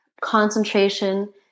concentration